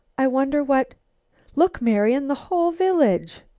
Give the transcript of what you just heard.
i wonder what look, marian the whole village!